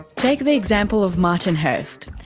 take the example of martin hirst.